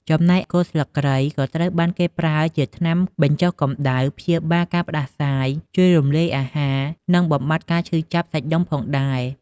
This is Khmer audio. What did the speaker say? ចំណែក គល់ស្លឹកគ្រៃក៏ត្រូវបានគេប្រើជាថ្នាំបញ្ចុះកម្តៅ ព្យាបាលការផ្តាសាយ ជួយរំលាយអាហារ និងបំបាត់ការឈឺចាប់សាច់ដុំផងដែរ។